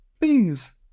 Please